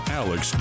alex